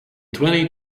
twenty